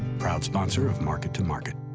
proud sponsor of market to market.